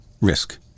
risk